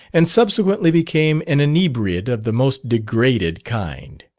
and subsequently became an inebriate of the most degraded kind.